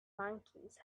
monkeys